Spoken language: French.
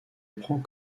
prend